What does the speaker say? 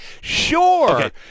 Sure